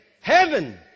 Heaven